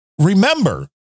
remember